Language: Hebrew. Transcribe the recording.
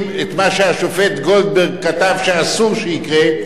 את מה שהשופט גולדברג כתב שאסור שיקרה,